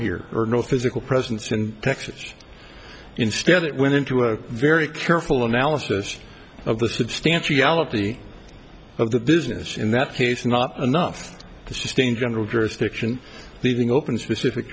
here or no physical presence in texas instead it went into a very careful analysis of the substantiality of the business in that case not enough to sustain going to jurisdiction leaving open specific